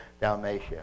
Dalmatia